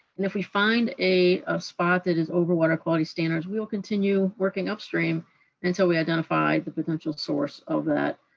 and if we find a spot that is over water quality standards, we will continue working upstream until we identify the potential source of that,